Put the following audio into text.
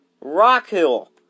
Rockhill